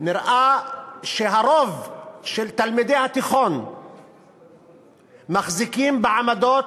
נראה שהרוב של תלמידי התיכון מחזיקים בעמדות,